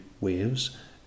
waves